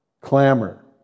Clamor